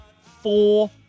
four